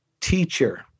Teacher